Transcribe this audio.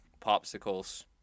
popsicles